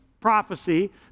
prophecy